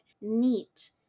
neat